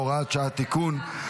הוראת שעה) (תיקון),